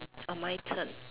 orh my turn